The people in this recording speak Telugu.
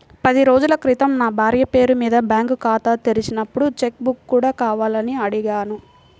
పది రోజుల క్రితం నా భార్య పేరు మీద బ్యాంకు ఖాతా తెరిచినప్పుడు చెక్ బుక్ కూడా కావాలని అడిగాను